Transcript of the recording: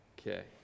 Okay